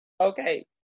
okay